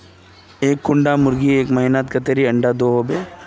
एक कुंडा मुर्गी एक महीनात कतेरी अंडा दो होबे?